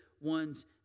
ones